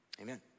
amen